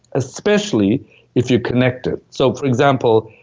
especially if you connect it so for example,